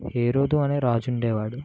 హేరోదు అనే రాజు ఉండేవాడు